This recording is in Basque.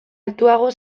altuago